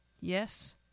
Yes